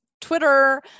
Twitter